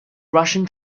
russian